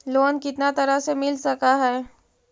Loan कितना तरह से मिल सक है?